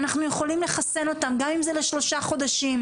אנחנו יכולים לחסן אותם גם אם זה לשלושה חודשים,